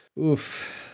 Oof